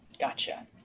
Gotcha